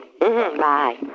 Bye